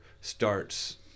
starts